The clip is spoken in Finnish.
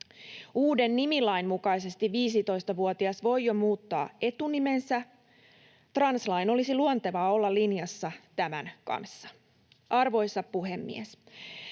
Uuden nimilain mukaisesti 15-vuotias voi jo muuttaa etunimensä. Translain olisi luontevaa olla linjassa tämän kanssa. Arvoisa puhemies!